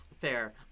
Fair